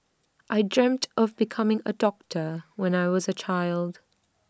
I dreamt of becoming A doctor when I was A child